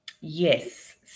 Yes